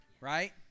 Right